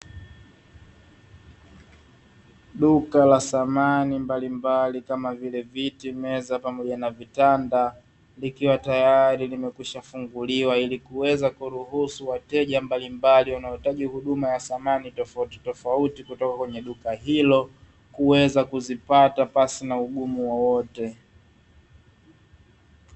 Duka la samani mbalimbali kama vile viti, meza, pamoja na vitanda, likiwa tayari limekwishafunguliwa ili kuweza kuruhusu wateja mbalimbali wanaohitaji huduma ya samani tofautitofauti kutoka kwenye duka hilo, kuweza kuzipata pasi na ugumu wowote.